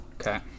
Okay